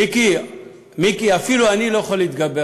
מיקי, אפילו אני לא יכול להתגבר,